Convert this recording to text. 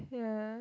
yeah